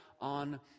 on